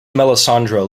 melissandre